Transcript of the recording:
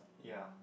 yea